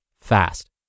fast